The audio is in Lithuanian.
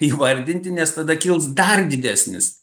įvardinti nes tada kils dar didesnis